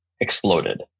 exploded